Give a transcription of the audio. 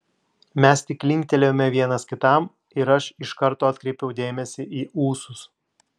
mes tik linktelėjome vienas kitam ir aš iš karto atkreipiau dėmesį į ūsus